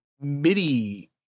MIDI